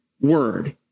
word